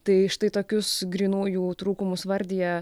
tai štai tokius grynųjų trūkumus vardija